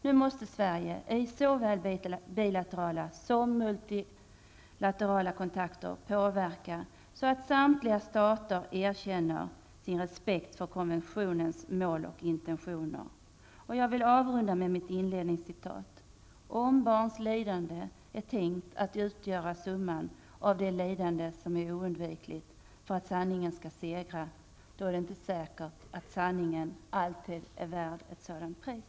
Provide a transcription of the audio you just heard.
Nu måste Sverige i såväl bilaterala som multilaterala kontakter påverka så att samtliga stater erkänner sin respekt för konventionens mål och intentioner. Jag vill avrunda med mitt inledningscitat: ''Om barns lidande är tänkt att utgöra summan av det lidande som är oundvikligt för att sanningen skall segra, så vill jag ge en varning: Det är inte säkert att sanningen alltid är värd ett sådant pris.''